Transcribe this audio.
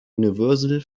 universal